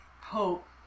hope